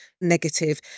negative